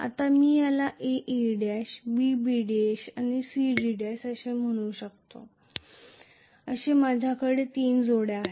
आता मी याला A A' B B' आणि C C' म्हणू शकतो म्हणून माझ्याकडे तीन जोड्या आहेत